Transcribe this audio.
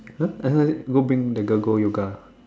!huh! I suddenly go bring the girl go yoga